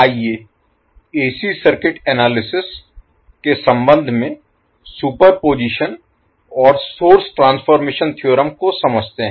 आइए AC circuit analysis विश्लेषण Analysis के संबंध में सुपरपोजिशन और सोर्स ट्रांसफॉर्मेशन थ्योरम को समझते हैं